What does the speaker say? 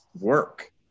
work